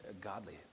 godly